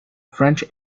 french